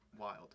wild